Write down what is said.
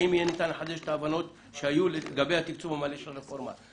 האם יהיה ניתן לחדש את ההבנות שהיו לגבי התקצוב המלא של הרפורמה.